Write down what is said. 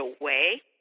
away